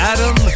Adam